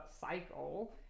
cycle